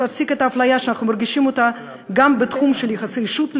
להפסיק את האפליה שאנחנו מרגישים גם בתחום של יחסי אישות,